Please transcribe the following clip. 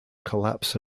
collapse